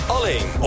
Alleen